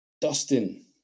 Dustin